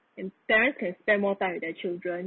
and parents can spend more time with their children